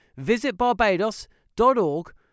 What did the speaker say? visitbarbados.org